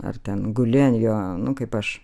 ar ten guli ant jo nu kaip aš